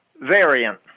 variant